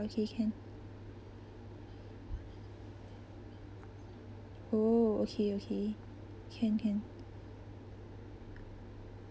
okay can oh okay okay can can